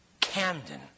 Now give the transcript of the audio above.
Camden